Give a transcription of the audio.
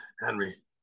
Henry